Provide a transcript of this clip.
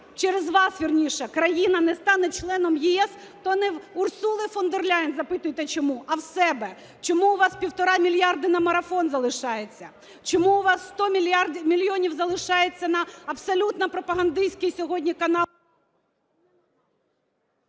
через вас, вірніше, країна не стане членом ЄС, то не в Урсули фон дер Ляєн запитуйте, чому, а в себе. Чому у вас півтора мільярда на марафон залишається? Чому у вас 100 мільйонів залишається на абсолютно пропагандистський сьогодні канал…